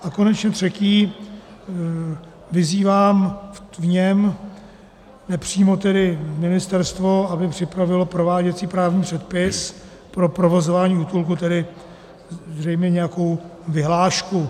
A konečně třetí, vyzývám v něm nepřímo ministerstvo, aby připravilo prováděcí právní předpis pro provozování útulku, tedy zřejmě nějakou vyhlášku.